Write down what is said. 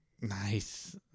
Nice